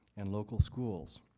and local schools.